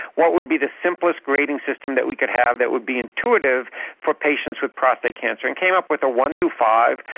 what would be the simplest grading system that we could have that would be intuitive for patients with prostate cancer and came up with a one through five,